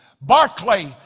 Barclay